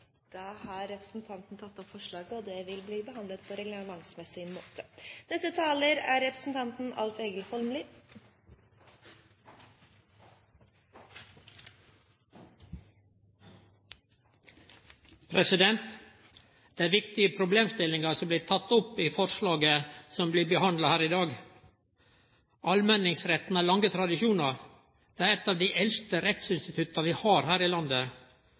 Da har representanten Frank Bakke-Jensen tatt opp det forslaget han refererte til. Det er viktige problemstillingar som blir tekne opp i forslaget som blir behandla her i dag. Allmenningsretten har lange tradisjonar. Han er eit av dei eldste rettsinstitutta vi har her i landet.